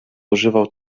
używał